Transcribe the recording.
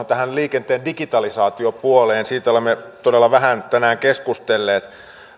tähän liikenteen digitalisaatiopuoleen siitä olemme todella vähän tänään keskustelleet